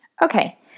Okay